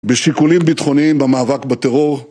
בשיקולים ביטחוניים במאבק בטרור